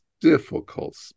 difficult